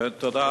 תודה.